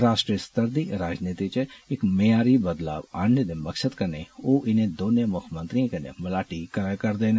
राश्ट्री स्तर दी राजनीति चे इक मय्यारी बदलाव आह्नने र्द मकसद कन्नै ओह् इर्ने दौनें मुक्खमंत्रिएं कन्नै मलाटी करा'रदे न